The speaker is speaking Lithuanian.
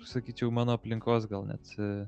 sakyčiau mano aplinkos gal net